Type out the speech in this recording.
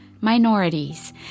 minorities